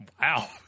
Wow